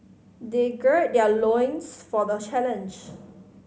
they gird their loins for the challenge